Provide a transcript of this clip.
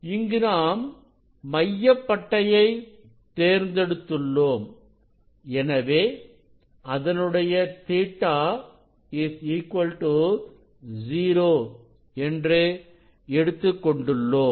இங்கு நாம் மைய பட்டையை தேர்ந்தெடுத்துள்ளோம் எனவே அதனுடைய Ɵ 0 என்று எடுத்துக் கொண்டுள்ளோம்